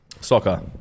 soccer